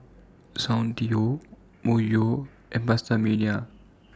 Soundteoh Myojo and PastaMania